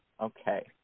Okay